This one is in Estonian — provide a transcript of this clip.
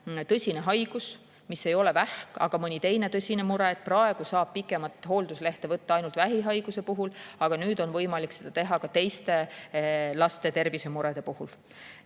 tõsine haigus, mis ei ole vähk, vaid mõni teine tõsine mure. Praegu saab pikemat hoolduslehte võtta ainult vähihaiguse puhul, aga [edaspidi oleks] võimalik seda teha ka laste teiste tervisemurede puhul.